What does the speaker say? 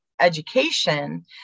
education